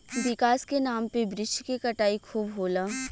विकास के नाम पे वृक्ष के कटाई खूब होला